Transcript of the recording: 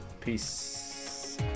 peace